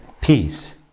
peace